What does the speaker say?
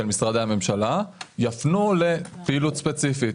משרדי הממשלה יפנו לפעילות ספציפית.